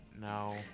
no